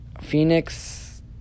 Phoenix